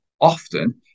often